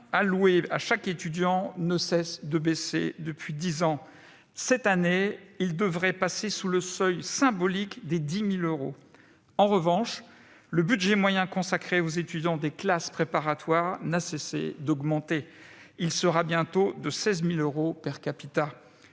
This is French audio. alloué à chaque étudiant ne cesse de baisser depuis dix ans ; cette année, il devrait même passer sous le seuil symbolique des 10 000 euros. En revanche, le budget moyen consacré aux étudiants des classes préparatoires n'a cessé d'augmenter, atteignant bientôt 16 000 euros. Voilà